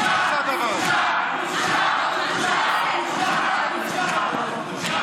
בושה, בושה, בושה, בושה, בושה, בושה, בושה.